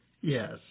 Yes